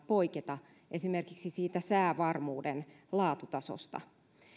poiketa esimerkiksi siitä säävarmuuden laatutasosta